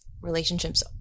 relationships